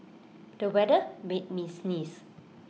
the weather made me sneeze